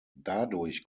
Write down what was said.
dadurch